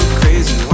crazy